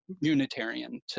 Unitarian